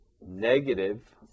Negative